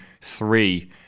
three